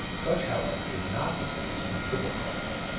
such, however, is not the case in civil causes